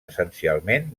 essencialment